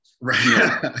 Right